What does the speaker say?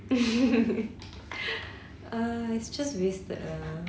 ugh it's just wasted lah